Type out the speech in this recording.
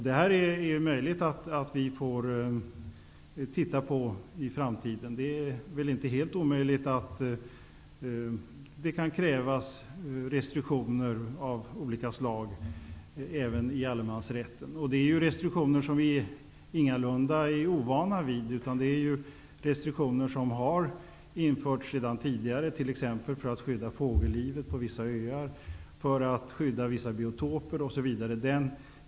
Det är möjligt att vi måste titta på detta i framtiden. Det är väl inte helt omöjligt att det kan krävas restriktioner av olika slag även i allemansrätten. Vi är ju ingalunda ovana vid restriktioner. Restriktioner har införts tidigare, t.ex. för att skydda fågellivet på vissa öar, för att skydda vissa biotoper osv.